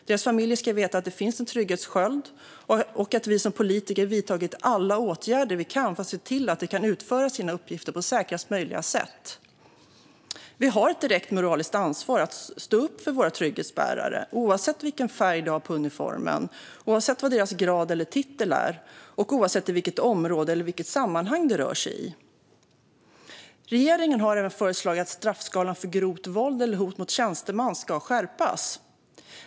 Deras familjer ska veta att det finns en trygghetssköld och att vi som politiker har vidtagit alla åtgärder vi kan för att se till att de kan utföra sina uppgifter på säkrast möjliga sätt. Vi har ett direkt moraliskt ansvar att stå upp för våra trygghetsbärare, oavsett vilken färg de har på uniformen, oavsett deras grad eller titel och oavsett vilket område eller sammanhang de rör sig i. Regeringen har även föreslagit att straffskalan för grovt våld eller hot mot tjänsteman ska skärpas.